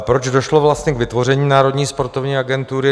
Proč došlo vlastně k vytvoření Národní sportovní agentury?